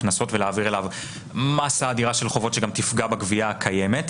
קנסות ולהעביר אליו מסה אדירה של חובות שגם תפגע בגבייה הקיימת.